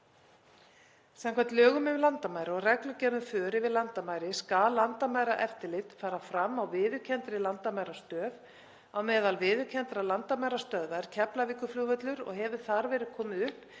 Samkvæmt lögum yfir landamæri og reglugerð um för yfir landamæri skal landamæraeftirlit fara fram á viðurkenndri landamærastöð. Á meðal viðurkenndra landamærastöðva er Keflavíkurflugvöllur og hefur þar verið komið upp